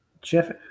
Jeff